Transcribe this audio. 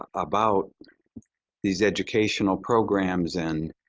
ah about these educational programs? and